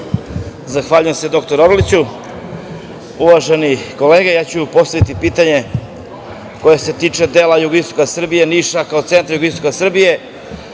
Zahvaljujem se dr. Orliću. Uvažene kolege, ja ću postaviti pitanje koje se tiče dela jugoistoka Srbije, Niša kao centra jugoistoka Srbije. Inače,